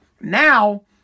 Now